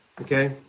Okay